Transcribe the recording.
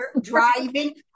Driving